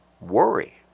Worry